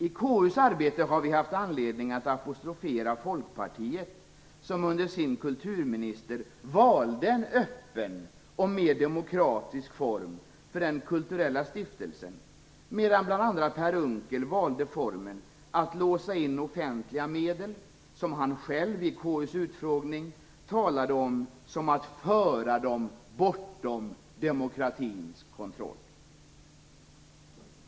I KU:s arbete har vi haft anledning att apostrofera Folkpartiet, som under sin kulturminister valde en öppen och mer demokratisk form för den kulturella stiftelsen, medan bl.a. Per Unckel valde formen att låsa in offentliga medel, vilket han själv i KU:s utfrågning talade om som att föra dem bortom demokratins kontroll.